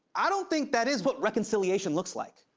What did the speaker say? i don't think that is what reconciliation looks like.